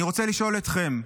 אני רוצה לשאול אתכם,